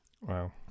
Wow